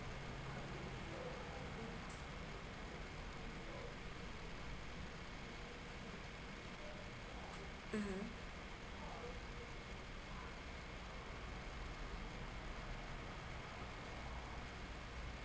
mm